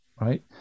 right